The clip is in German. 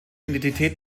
identität